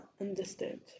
understood